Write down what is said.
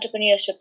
entrepreneurship